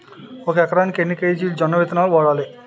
ఒక ఎకరానికి ఎన్ని కేజీలు జొన్నవిత్తనాలు వాడాలి?